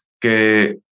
que